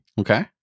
Okay